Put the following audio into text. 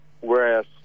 whereas